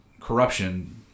corruption